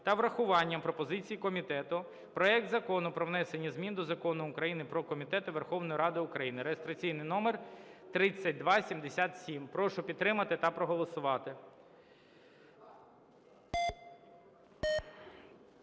та врахуванням пропозицій комітету проект Закону про внесення змін до Закону України "Про комітети Верховної Ради України" (реєстраційний номер 3277). Прошу підтримати та проголосувати.